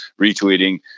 retweeting